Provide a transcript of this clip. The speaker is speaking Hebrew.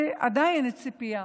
עדיין יש לי ציפייה